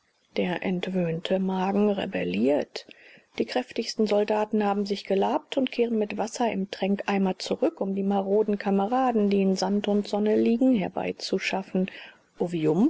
der entwöhnte magen rebelliert die kräftigsten soldaten haben sich gelabt und kehren mit wasser im tränkeimer zurück um die maroden kameraden die in sand und sonne liegen herbeizuschaffen